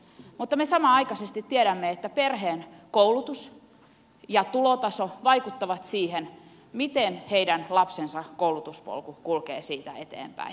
mutta me samanaikaisesti tiedämme että perheen koulutus ja tulotaso vaikuttavat siihen miten heidän lapsensa koulutuspolku kulkee siitä eteenpäin